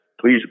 please